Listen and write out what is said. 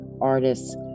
artists